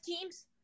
teams